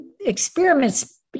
experiments